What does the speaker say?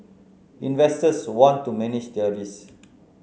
investors want to manage their risk